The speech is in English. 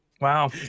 Wow